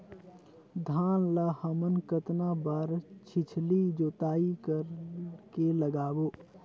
धान ला हमन कतना बार छिछली जोताई कर के लगाबो?